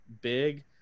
big